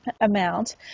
amount